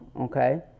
Okay